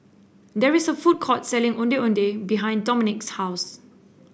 there is a food court selling Ondeh Ondeh behind Dominik's house